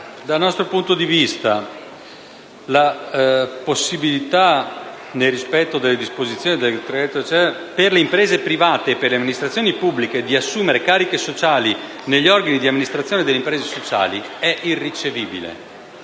Dal nostro punto di vista, la possibilità, nel rispetto delle disposizioni, per le imprese private e per le amministrazioni pubbliche di assumere cariche sociali negli organi d'amministrazione delle imprese sociali è irricevibile;